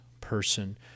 person